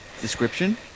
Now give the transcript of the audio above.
Description